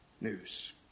news